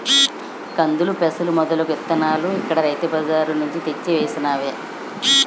కందులు, పెసలు మొదలగు ఇత్తనాలు ఇక్కడ రైతు బజార్ నుంచి తెచ్చి వేసినవే